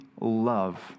love